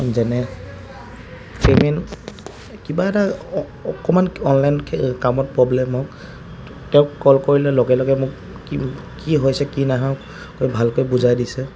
যেনে পে'মেণ্ট কিবা এটা অকণমান অনলাইন কামত প্ৰব্লেম হওক তেওঁক কল কৰিলে লগে লগে মোক কি কি হৈছে কি নাই হোৱা কৈ ভালকৈ বুজাই দিছে